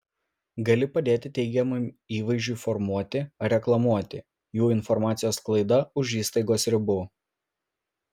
gali padėti teigiamam įvaizdžiui formuoti ar reklamuoti jų informacijos sklaida už įstaigos ribų